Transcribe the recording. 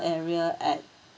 area at